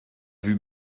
vue